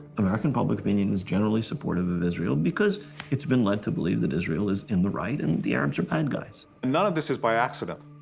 american public opinion is generally supportive of israel because itis been led to believe that israel is in the right and the arabs are bad guys. and none of this is by accident.